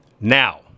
Now